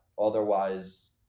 otherwise